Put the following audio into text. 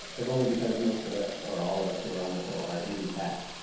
if only because most of us, or all of us who are on the show are in tech.